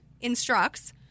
instructs